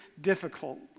difficult